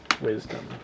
Wisdom